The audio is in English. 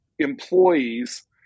employees